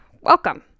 welcome